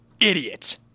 Idiot